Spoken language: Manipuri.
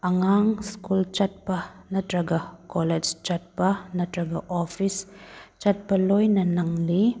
ꯑꯉꯥꯡ ꯁ꯭ꯀꯨꯜ ꯆꯠꯄ ꯅꯠꯇ꯭ꯔꯒ ꯀꯣꯂꯦꯖ ꯆꯠꯄ ꯅꯠꯇ꯭ꯔꯒ ꯑꯣꯐꯤꯁ ꯆꯠꯄ ꯂꯣꯏꯅ ꯅꯪꯂꯤ